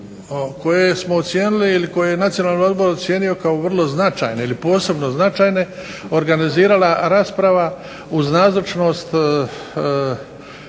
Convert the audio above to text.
koje je Nacionalni odbor ocijenio kao vrlo značajne ili posebno značajne, organizirala rasprava uz nazočnost